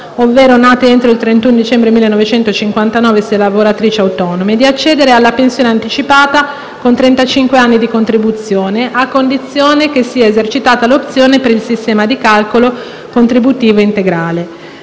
ovvero nate entro il 31 dicembre 1959, se lavoratrici autonome - di accedere alla pensione anticipata con trentacinque anni di contribuzione, a condizione che sia esercitata l'opzione per il sistema di calcolo contributivo integrale.